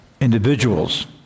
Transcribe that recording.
individuals